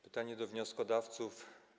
Pytanie do wnioskodawców.